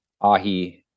ahi